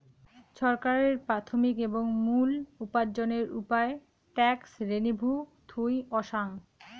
ছরকারের প্রাথমিক এবং মুল উপার্জনের উপায় ট্যাক্স রেভেন্যু থুই অসাং